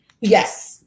Yes